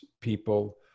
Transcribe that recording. people